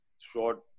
short